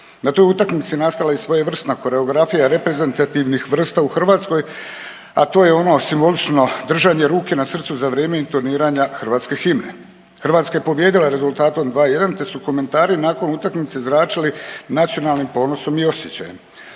Na toj utakmici nastala je i svojevrsna koreografija reprezentativnih vrsta u Hrvatskoj, a to je ono simbolično držanje ruke na srcu za vrijeme intoniranja hrvatske himne. Hrvatska je pobijedila rezultatom 2:1 te su komentari nakon utakmice zračili nacionalnim ponosom i osjećajem.